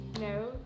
No